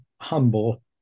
humble